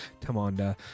Tamanda